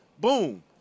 Boom